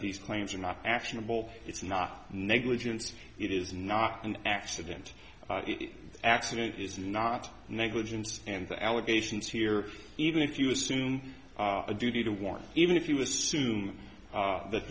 these claims are not actionable it's not negligence it is not an accident accident is not negligence and the allegations here even if you assume a duty to warn even if you assume that th